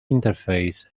interface